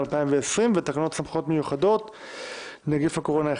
3.11.2020. ישנם מספר נושאים על